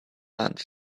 lunch